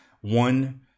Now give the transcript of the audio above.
one